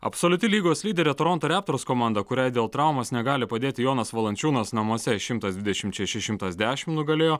absoliuti lygos lyderė toronto reptors komanda kuriai dėl traumos negali padėti jonas valančiūnas namuose šimtas dvidešimt šeši šimtas dešim nugalėjo